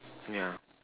yeah